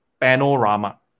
Panorama